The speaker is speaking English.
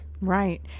Right